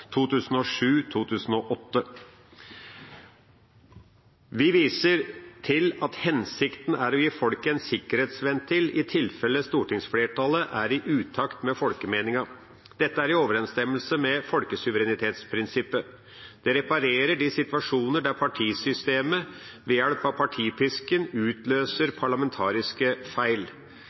Vi viser til at hensikten er å gi folk en sikkerhetsventil i tilfelle stortingsflertallet er i utakt med folkemeningen. Dette er i overenstemmelse med folkesuverenitetsprinsippet. Det reparerer de situasjoner der partisystemet ved hjelp av partipisken utløser parlamentariske feil.